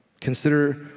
Consider